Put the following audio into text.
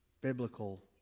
biblical